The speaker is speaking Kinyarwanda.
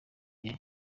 aya